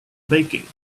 baking